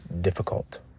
difficult